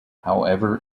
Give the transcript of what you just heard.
however